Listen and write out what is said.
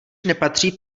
nepatří